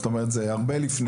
זאת אומרת, זה הרבה קודם.